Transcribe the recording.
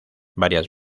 varias